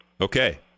Okay